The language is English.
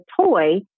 toy